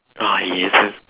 ah yeah